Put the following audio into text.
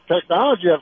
technology